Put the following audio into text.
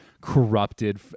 corrupted